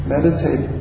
Meditate